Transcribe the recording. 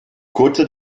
kurze